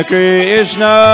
Krishna